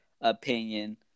opinion